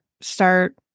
start